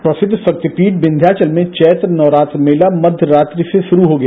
प्रसिद्ध राक्रिपीठ विँध्याचल में चैत्र नवरात्र मेला मध्य रात्रि से शुरू हो गया